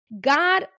God